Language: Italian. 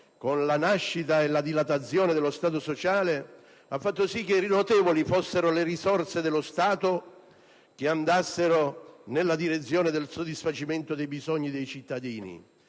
con la nascita e la dilatazione dello Stato sociale ha fatto sì che notevoli fossero le risorse dello Stato destinate al soddisfacimento dei bisogni dei cittadini.